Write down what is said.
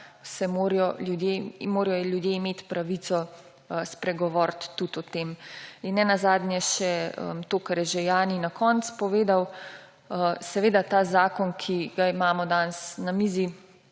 morajo ljudje imeti pravico spregovoriti tudi o tem. In nenazadnje še to, kar je že Jani na koncu povedal, seveda ta zakon, ki ga imamo danes na mizi,